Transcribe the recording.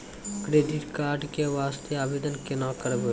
Credit card के वास्ते आवेदन केना करबै?